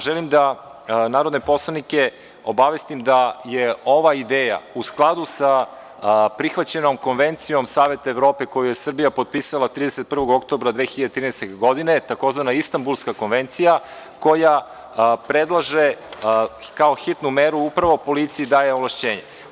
Želim da narodne poslanike obavestima da je ova ideja u skladu sa prihvaćenom Konvencijom Saveta Evrope koju je Srbija potpisala 31. oktobra 2013. godine, tzv. Istanbulska konvencija, koja predlaže kao hitnu meru i upravo policiji da je ovlašćenje.